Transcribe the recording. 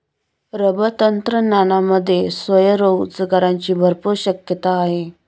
rubber तंत्रज्ञानामध्ये स्वयंरोजगाराची भरपूर शक्यता आहे